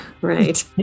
Right